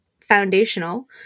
foundational